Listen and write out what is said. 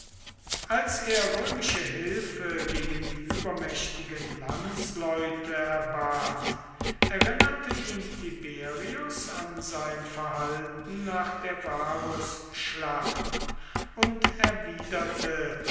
als er römische hilfe gegen die übermächtigen landsleute erbat erinnerte ihn tiberius an sein verhalten nach der varusschlacht und erwiderte